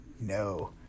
No